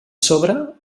sobre